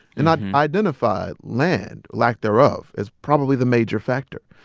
and i identified land, lack thereof, as probably the major factor.